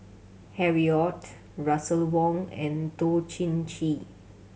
Harry Ord Russel Wong and Toh Chin Chye